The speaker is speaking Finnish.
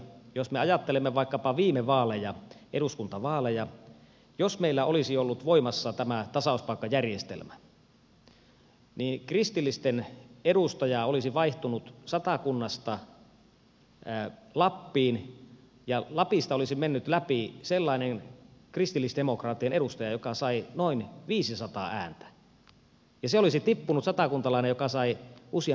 jos me ajattelemme vaikkapa viime eduskuntavaaleja niin jos meillä olisi ollut voimassa tämä tasauspaikkajärjestelmä niin kristillisten edustaja olisi vaihtunut satakunnasta lappiin ja lapista olisi mennyt läpi sellainen kristillisdemokraattien edustaja joka sai noin viisisataa ääntä ja se satakuntalainen olisi tippunut joka sai useamman tuhat ääntä